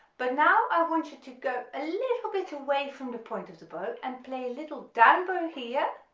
but now i want you to go a little bit away from the point of the bow and play a little down bow here,